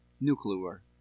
Nuclear